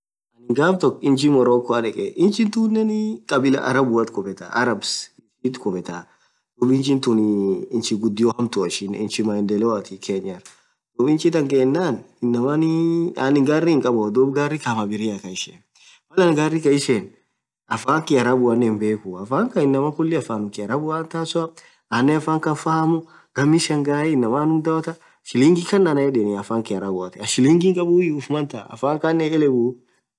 Ghaf tokk inch Morocco dheke inch tunen kabila arabuathi khubethaa (Arabs) suun khubetha inchin tunen inchi ghudio hamtua inchi maendeleothi dhub inchi than ghenan inamaanin anin gari hinkhabu dhub gari kaam abiria khan ishene Mal anin gari Khan ishen affan kiarabuanen hinbekhu affan Khan inamaan khuli afan kiarabu antaaa hasoa anen affan Khan hinfahamu ghammi shangae inamaan annum dhawotha shilingi Khan anayedheni affan kiarabuathi anini shilingiyu hinkhabuyu uffuman thaa affan khaanen hielewuu